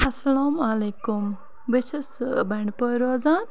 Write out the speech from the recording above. اَسَلام عَلیکُم بہٕ چھَس بَنڈپوٗرٕ روزان